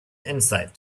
insight